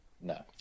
No